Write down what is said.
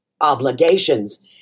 obligations